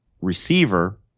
receiver